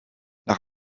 nach